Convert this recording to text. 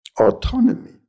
Autonomy